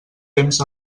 temps